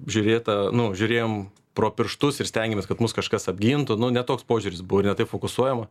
žiūrėta nu žiūrėjom pro pirštus ir stengėmės kad mus kažkas apgintų nu ne toks požiūris buvo ne taip fokusuojama